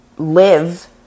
live